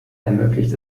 ermöglicht